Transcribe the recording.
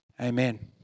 Amen